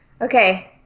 Okay